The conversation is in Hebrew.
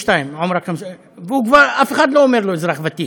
52. 52. והוא כבר, אף אחד לא אומר לו "אזרח ותיק",